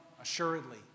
assuredly